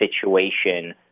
situation